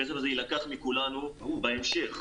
הכסף הזה יילקח מכולנו בהמשך.